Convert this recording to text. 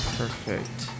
perfect